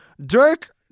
Dirk